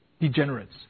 degenerates